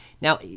Now